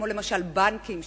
כמו למשל בנקים,